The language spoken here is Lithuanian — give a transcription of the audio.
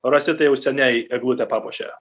rosita jau seniai eglutę papuošė